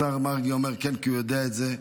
השר מרגי אומר "כן" כי הוא יודע את זה,